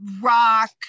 rock